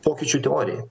pokyčių teorijai